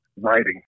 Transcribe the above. Writing